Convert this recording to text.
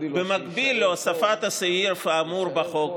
במקביל להוספת הסעיף האמור בחוק,